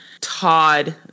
todd